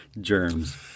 germs